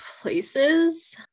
places